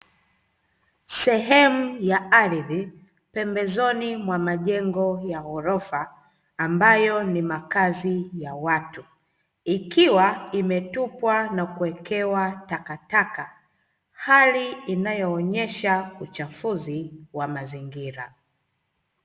Sehemu ya ardhi, pembezoni mwa majengo ya ghorofa ambayo ni makazi ya watu, ikiwa imetupwa na kuwekewa takataka. Hali inayoonyesha uchafunzi wa mazingira.